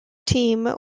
team